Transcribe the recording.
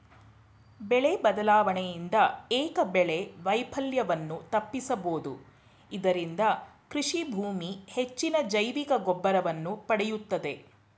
ಬೆಳೆ ಬದಲಾವಣೆಯಿಂದ ಏಕಬೆಳೆ ವೈಫಲ್ಯವನ್ನು ತಪ್ಪಿಸಬೋದು ಇದರಿಂದ ಕೃಷಿಭೂಮಿ ಹೆಚ್ಚಿನ ಜೈವಿಕಗೊಬ್ಬರವನ್ನು ಪಡೆಯುತ್ತದೆ